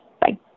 Bye